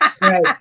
Right